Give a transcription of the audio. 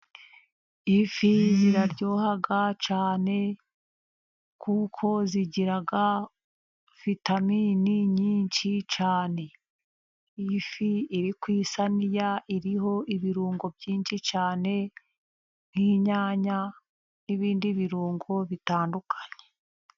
Ifi ziraryoha cyane, kuko zigira vitaminini nyinshi cyane. Iyi fi iri ku isiniya iriho ibirungo byinshi cyane, nk'inyanya n'ibindi birungo bitandukanye.